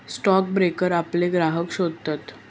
stock broker आपले ग्राहक शोधतत